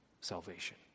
salvation